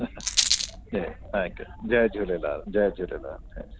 जी thank you जय झूलेलाल जय झूलेलाल